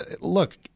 Look